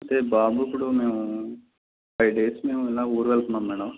అంటే బాబు ఇప్పుడు మేము ఫైవ్ డేస్ మేము ఇలా ఊరు వెళ్తున్నాము మేడం